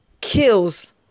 Kills